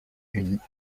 une